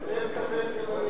בלב כבד גם אני מוותר.